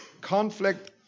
conflict